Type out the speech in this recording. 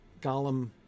Gollum